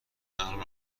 الان